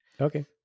Okay